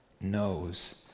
knows